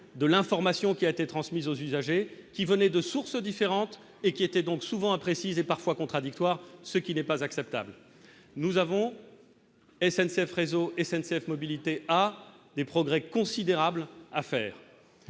de l'information qui a été transmise aux usagers qui venaient de sources différentes et qui était donc souvent imprécise et parfois contradictoires, ce qui n'est pas acceptable, nous avons SNCF réseau SNCF Mobilités à des progrès considérables à faire,